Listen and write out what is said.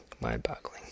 Mind-boggling